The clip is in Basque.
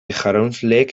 jaraunsleek